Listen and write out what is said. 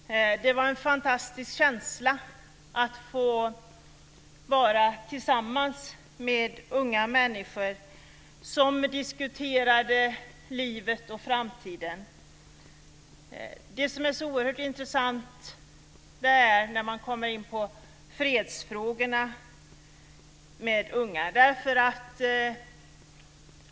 Det var en fantastisk känsla att få vara tillsammans med unga människor som diskuterade livet och framtiden. Det som är så oerhört intressant är när man kommer in på fredsfrågorna med unga.